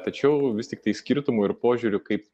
tačiau vis tiktai skirtumų ir požiūrių kaip